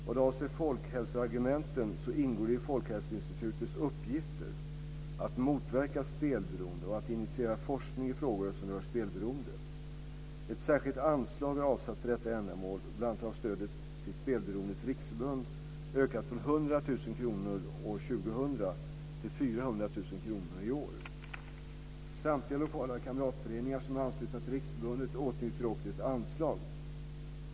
Vad avser folkhälsoargumenten ingår det i Folkhälsoinstitutets uppgifter att motverka spelberoende och att initiera forskning i frågor som rör spelberoende. Ett särskilt anslag är avsatt för detta ändamål, och bl.a. har stödet till Spelberoendes Riksförbund ökat från 100 000 kr år 2000 till 400 000 kr i år. Samtliga lokala kamratföreningar som är anslutna till riksförbundet åtnjuter också ett anslag.